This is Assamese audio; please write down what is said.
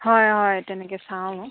হয় হয় তেনেকে চাওঁ